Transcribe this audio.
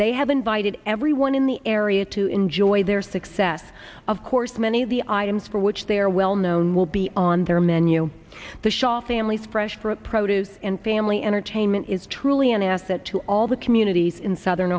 they have invited everyone in the area to enjoy their success of course many of the items for which they are well known will be on their menu the shaw family's fresh for approaches and family entertainment is truly an asset to all the communities in southern